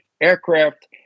aircraft